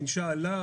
אינשאללה,